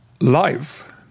life